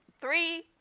three